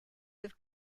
have